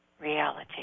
reality